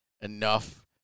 enough